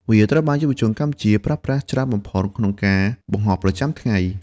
វាត្រូវបានយុវជនកម្ពុជាប្រើប្រាស់ច្រើនបំផុតក្នុងការបង្ហោះប្រចាំថ្ងៃ។